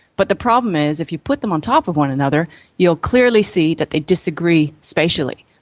but the problem is if you put them on top of one another you'll clearly see that they disagree spatially,